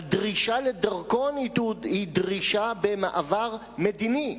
הדרישה לדרכון היא דרישה במעבר מדיני.